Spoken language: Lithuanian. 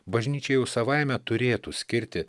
bažnyčia jau savaime turėtų skirti